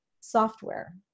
software